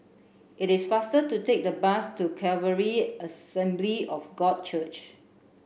it is faster to take the bus to Calvary Assembly of God Church